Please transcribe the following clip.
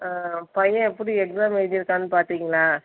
ஆ பையன் எப்படி எக்ஸாம் எழுதிருக்கான்னு பார்த்திங்ளா